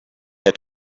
had